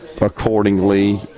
accordingly